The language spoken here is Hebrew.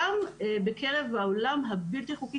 גם עולם הבלתי-חוקי,